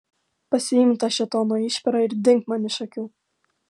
pasiimk tą šėtono išperą ir dink man iš akių